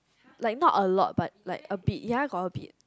like not a lot but like a bit ya got a bit